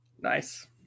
Nice